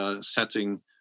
setting